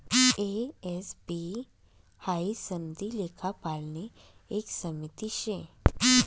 ए, S, B हाई सनदी लेखापालनी एक समिती शे